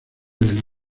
del